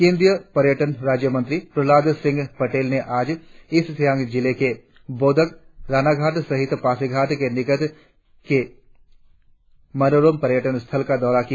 केंद्रीय पर्यटन राज्यमंत्री प्रहलाद सिंह पटेल ने आज ईस्ट सियांग जिले के बोदक रानाघाट सहित पासीघाट के निकट के मनोरम पर्यटन स्थलों का दौरा किया